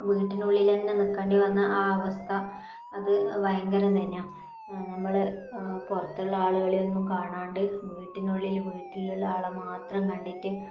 വീട്ടിനുള്ളിൽ തന്നെ നിൽക്കേണ്ടി വന്ന ആ അവസ്ഥ അത് ഭയങ്കരം തന്നെയാണ് നമ്മൾ പുറത്തുള്ള ആളുകളെ ഒന്നും കാണാണ്ട് വീട്ടിനുള്ളിൽ വീട്ടിലുള്ള ആളെ മാത്രം കണ്ടിട്ട്